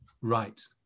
right